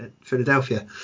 Philadelphia